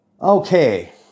Okay